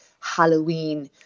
Halloween